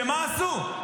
שמה עשו?